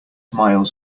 miles